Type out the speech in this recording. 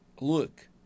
look